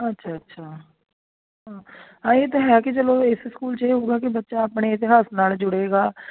ਅੱਛਾ ਅੱਛਾ ਹਾਂ ਇਹ ਤਾਂ ਹੈ ਕਿ ਚਲੋ ਇਸ ਸਕੂਲ 'ਚ ਇਹ ਹੋਊਗਾ ਕਿ ਬੱਚਾ ਆਪਣੇ ਇਤਿਹਾਸ ਨਾਲ ਜੁੜੇਗਾ